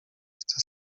chce